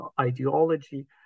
ideology